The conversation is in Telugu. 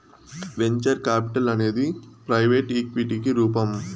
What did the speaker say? వెంచర్ కాపిటల్ అనేది ప్రైవెట్ ఈక్విటికి రూపం